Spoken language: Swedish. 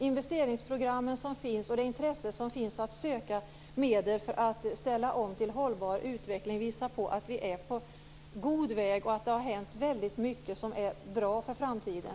Investeringsprogrammen och intresset för att ansöka om medel för att ställa om till hållbar utveckling visar att vi är på god väg och att det har hänt väldigt mycket som är bra för framtiden.